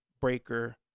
Breaker